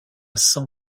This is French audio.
san